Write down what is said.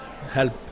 help